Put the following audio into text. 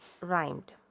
rhymed